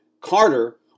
Carter